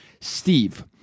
Steve